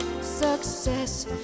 Success